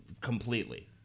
completely